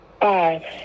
Five